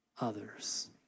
others